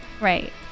right